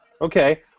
Okay